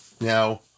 Now